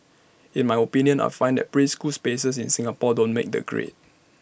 in my opinion I find that preschool spaces in Singapore don't make the grade